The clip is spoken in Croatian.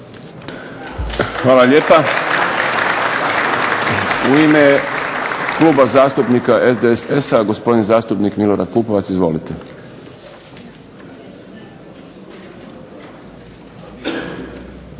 Hvala lijepa. U ime Kluba zastupnika SDSS-a gospodin zastupnik Milorad Pupovac. Izvolite.